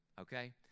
okay